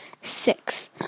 six